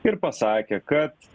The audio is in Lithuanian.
ir pasakė kad